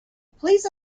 please